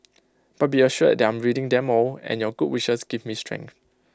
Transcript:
but be assured that I'm reading them all and your good wishes give me strength